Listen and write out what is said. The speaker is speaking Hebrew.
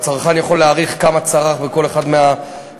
הצרכן יכול להעריך כמה צרך בכל אחד מהחודשים,